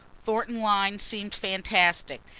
thornton lyne seemed fantastic,